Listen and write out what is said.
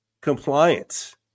compliance